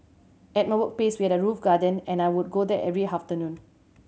at my workplace we had a roof garden and I would go there every afternoon